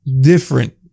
different